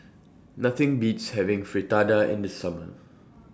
Nothing Beats having Fritada in The Summer